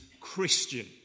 Christian